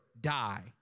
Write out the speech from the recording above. die